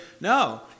No